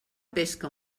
pesca